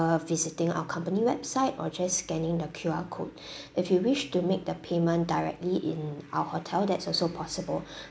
visiting our company website or just scanning the Q_R code if you wish to make the payment directly in our hotel that's also possible